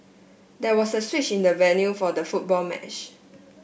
there was a switch in the venue for the football match